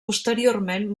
posteriorment